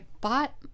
bought